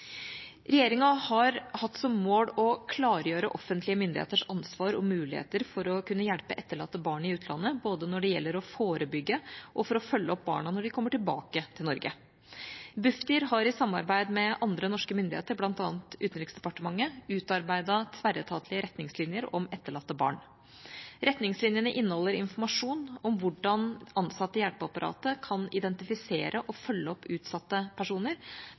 Regjeringa har hatt som mål å klargjøre offentlige myndigheters ansvar og muligheter for å kunne hjelpe etterlatte barn i utlandet både når det gjelder å forebygge, og for å følge opp barna når de kommer tilbake til Norge. Bufdir har i samarbeid med andre norske myndigheter, bl.a. Utenriksdepartementet, utarbeidet tverretatlige retningslinjer om etterlatte barn. Retningslinjene inneholder informasjon om hvordan ansatte i hjelpeapparatet kan identifisere og følge opp utsatte personer